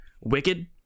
wicked